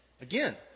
Again